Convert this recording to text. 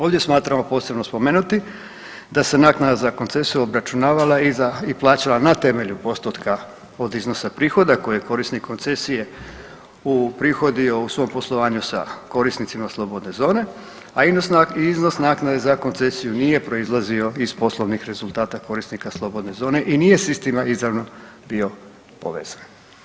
Ovdje smatramo posebno spomenuti da se naknada za koncesiju obračunavala i za i plaćala na temelju postotka od iznosa prihoda koje je korisnik koncesije uprihodio u svom poslovanju sa korisnicama slobodne zone, a iznos naknade za koncesiju nije proizlazio iz poslovnih rezultata korisnika slobodne zone i nije s istima izravno bio povezan.